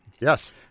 Yes